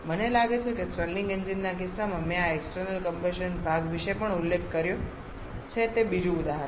મને લાગે છે કે સ્ટર્લિંગ એન્જિન ના કિસ્સામાં મેં આ એક્સટર્નલ કમ્બશન ભાગ વિશે પણ ઉલ્લેખ કર્યો છે તે બીજું ઉદાહરણ છે